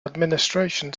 administration